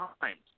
times